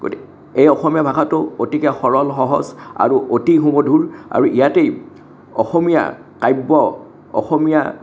গতিকে এই অসমীয়া ভাষাটো অতিকে সৰল সহজ আৰু অতি সুমধুৰ আৰু ইয়াতেই অসমীয়া কাব্য অসমীয়া